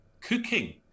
Cooking